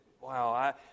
wow